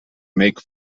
make